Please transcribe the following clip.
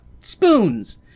spoons